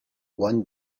one